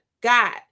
God